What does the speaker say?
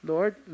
Lord